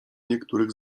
niektórych